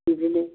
बिदिनो